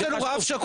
מח"ש,